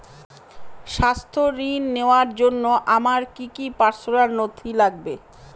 স্বাস্থ্য ঋণ নেওয়ার জন্য আমার কি কি পার্সোনাল নথি লাগবে?